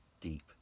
deep